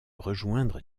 rejoindre